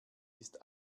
ist